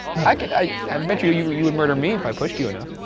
i mean i um bet you you you would murder me if i pushed you enough.